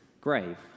grave